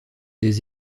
des